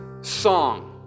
song